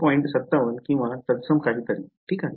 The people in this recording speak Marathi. ५७ किंवा तत्सम काहीतरी ठीक आहे